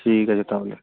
ঠিক আছে তাহলে